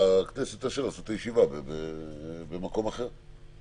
הכנסת תאשר לעשות את הישיבה במקום לא מושלג.